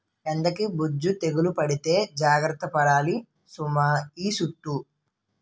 బెండకి బూజు తెగులు పడితే జాగర్త పడాలి సుమా ఈ సుట్టూ